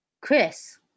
Chris